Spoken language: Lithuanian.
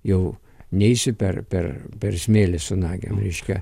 jau neisi per per per smėlį su nagėm reiškia